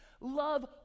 love